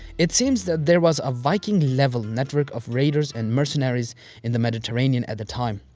it seems that there was a viking level network of raiders and mercenaries in the mediterranean at the time.